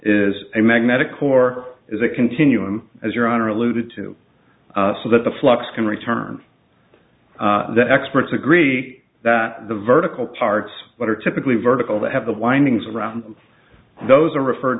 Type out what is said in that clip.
is a magnetic core is a continuum as your honor alluded to so that the flux can return that experts agree that the vertical parts that are typically vertical that have the windings around those are referred